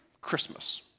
Christmas